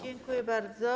Dziękuję bardzo.